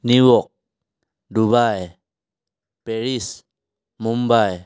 New York Dubai Paris Mumbai